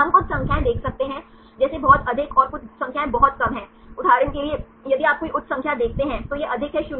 हम कुछ संख्याएँ देख सकते हैं जैसे बहुत अधिक और कुछ संख्याएँ बहुत कम हैं उदाहरण के लिए यदि आप कोई उच्च संख्या देखते हैं तो यह अधिक है 064